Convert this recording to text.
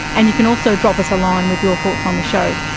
and you can also drop us a line with your thoughts on the show.